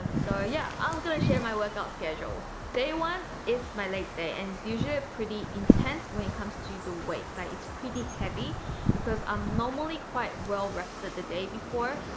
um so yeah, i'm gonna share my workout schedule. day one is my leg day, and it's usually a pretty intense when it comes to the weights. like, it's pretty heavy because i'm normally quite well rested the day before.